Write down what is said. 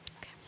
Okay